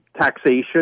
taxation